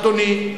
אדוני,